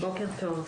בוקר טוב.